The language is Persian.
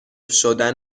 شدن